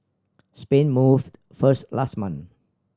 Spain moved first last month